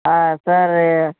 ಹಾಂ ಸರಿ